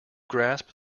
grasp